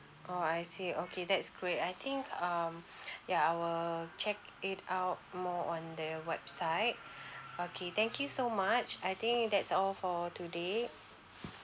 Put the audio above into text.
orh I see okay that's great I think um ya I will check it out more on the website okay thank you so much I think that's all for today